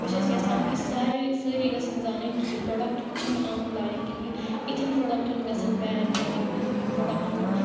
بہٕ چھَس یَژھان کہِ ساروِی سٲری گژھن زانٕنۍ کہِ یہِ پرٛوڈَکٹہٕ چھِنہٕ اَنُن لایق کِہیٖنۍ اِتھٮ۪ن پرٛوڈَکٹَن گژھن بین کَرٕںۍ یِم پرٛوڈَکٹہٕ نہٕ